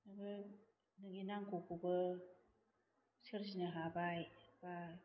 नोङो नोंनि नांगौखौबो सोरजिनो हाबाय बा